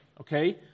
okay